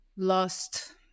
Lost